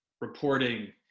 reporting